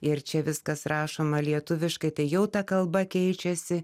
ir čia viskas rašoma lietuviškai tai jau ta kalba keičiasi